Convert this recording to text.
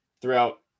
throughout